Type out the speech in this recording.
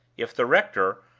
if the rector,